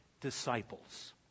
disciples